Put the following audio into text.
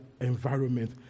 environment